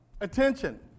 attention